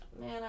man